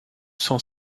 cent